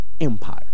empire